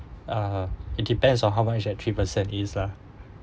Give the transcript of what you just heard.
uh it depends on how much at three per cent is lah